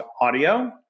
Audio